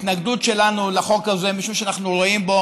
ההתנגדות שלנו לחוק הזה היא משום שאנחנו רואים בו